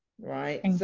right